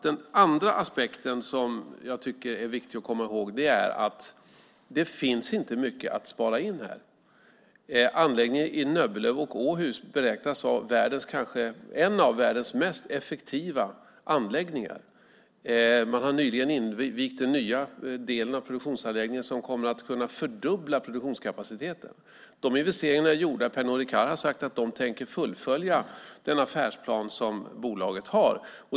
Den andra aspekten som jag tycker är viktig att komma ihåg är att det inte finns mycket att spara in. Anläggningen i Nöbbelöv och Åhus beräknas vara en av världens mest effektiva anläggningar. Man har nyligen invigt den nya delen av produktionsanläggningen som kommer att fördubbla produktionskapaciteten. De investeringarna är gjorda, och Pernod Ricard har sagt att de tänker fullfölja den affärsplan som bolaget har.